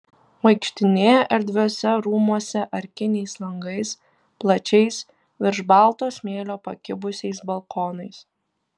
vaikštinėja erdviuose rūmuose arkiniais langais plačiais virš balto smėlio pakibusiais balkonais